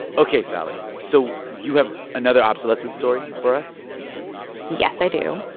ok, sally, so you have another obsolescence story for us yes, i do.